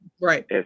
right